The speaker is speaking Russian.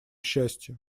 счастья